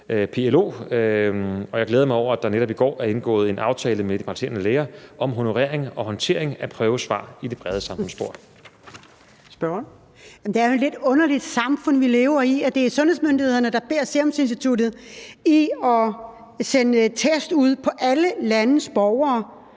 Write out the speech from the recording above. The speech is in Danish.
PLO, og jeg glæder mig over, at der netop i går er indgået en aftale med de praktiserende læger om honorering og håndtering af prøvesvar i det brede samfundsspor. Kl. 14:52 Fjerde næstformand (Trine Torp): Spørgeren. Kl. 14:52 Liselott Blixt (DF): Jamen det er jo et lidt underligt samfund, vi lever i. Det er sundhedsmyndighederne, der beder Seruminstituttet om at sende test ud på alle landets borgere,